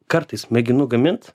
kartais mėginu gamint